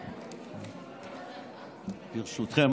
ברשותכם,